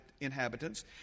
inhabitants